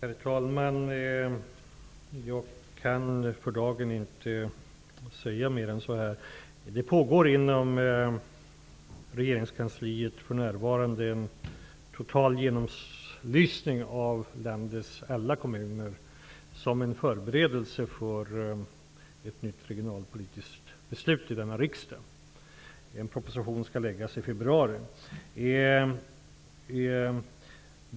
Herr talman! Jag kan för dagen inte säga mer än vad jag redan sagt. Inom regeringskansliet pågår det för närvarande en total genomlysning av landets alla kommuner, såsom en förberedelse för ett nytt regionalpolitiskt beslut i denna riksdag. En proposition om det kommer att läggas på riksdagens bord i februari.